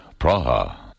Praha